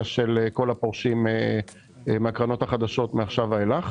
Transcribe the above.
של כל הפורשים מהקרנות החדשות מעכשיו ואילך.